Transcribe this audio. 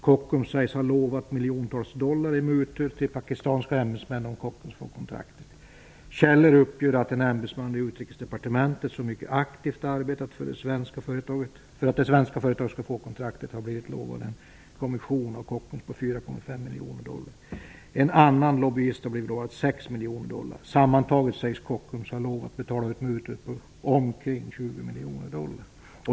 Kockums sägs ha lovat miljontals dollar i mutor till pakistanska ämbetsmän om Kockums får kontraktet. Källor uppger att en ämbetsman vid utrikesdepartementet, som mycket aktivt arbetat för att det svenska företaget ska få kontraktet, har blivit lovad en ''kommission' av Kockums på 4,5 En annan lobbyist har blivit lovad 6 miljoner dollar. Sammantaget sägs Kockums ha lovat att betala ut mutor -- på omkring 20 miljoner dollar.''